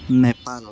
Nepal